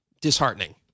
disheartening